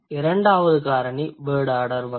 இரண்டாவது காரணி word order வகை